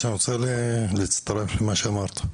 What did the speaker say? אני רוצה להצטרף למה שאמרת.